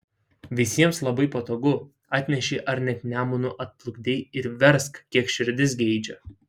visiems labai patogu atnešei ar net nemunu atplukdei ir versk kiek širdis geidžia